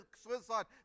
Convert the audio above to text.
suicide